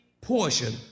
portion